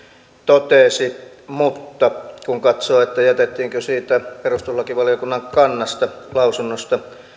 totesi mutta kun katsoo jätettiinkö siitä perustuslakivaliokunnan kannasta lausunnosta